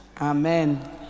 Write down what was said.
Amen